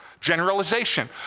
Generalization